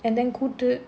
and then கூட்டு:koottu